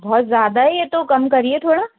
बहुत ज़्यादा है ये तो कम करिए थोड़ा